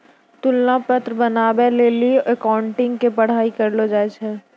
तुलना पत्र बनाबै लेली अकाउंटिंग के पढ़ाई करलो जाय छै